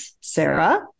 Sarah